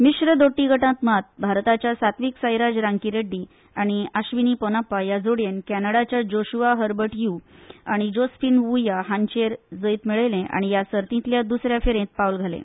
मिश्र दोट्टी गटात मात भारताच्या सात्विकसाईराज रांकिरेड्डी आनी आश्विनी पोनाप्पा ह्या जोडीयेन कॅनडाच्या जोशूआ हर्बर्ट यु आनी जोसफीन वू या हांचेर जैत मेळयले आनी ह्या सर्तीतल्या द्सऱ्या फेरयेत पावल घाले